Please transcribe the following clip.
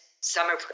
summer